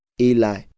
Eli